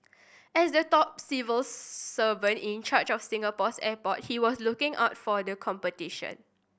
as the top civil servant in charge of Singapore's airport he was looking out for the competition